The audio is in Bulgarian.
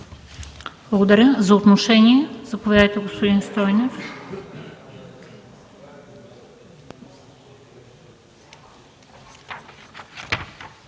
Благодаря. За отношение – заповядайте, господин Стойнев.